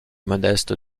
modeste